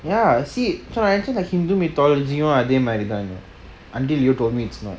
ya see actually the hindu mythology [one] அதே மாறி தான:athe mari thana until you told me the story